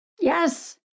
Yes